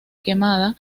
quemada